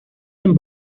them